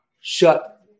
shut